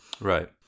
Right